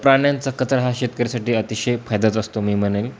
प्राण्यांचा कचरा हा शेतकऱ्यासाठी अतिशय फायद्याचा असतो मी म्हणेल